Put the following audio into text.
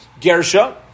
Gersha